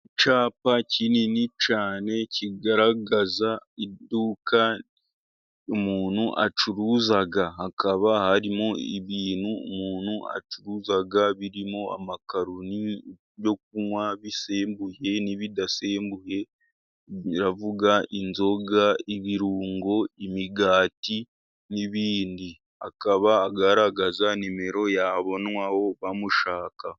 Icyapa kinini cyane, kigaragaza iduka umuntu acuruza, hakaba harimo ibintu umuntu acuruza birimo amakaroni, ibyo kunywa bisembuye n'ibidasembuye ni uvuga inzoga, ibirungo, imigati n'ibindi, akaba agaragaza nimero yabonwaho bamushaka.